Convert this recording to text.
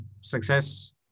success